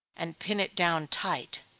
and pin it down tight.